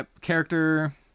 character